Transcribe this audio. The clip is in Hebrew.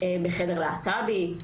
בחדר להט"בי?